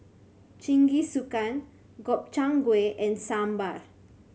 Jingisukan Gobchang Gui and Sambar